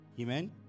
Amen